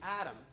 Adam